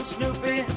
Snoopy